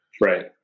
Right